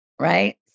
Right